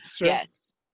Yes